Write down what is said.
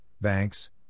Banks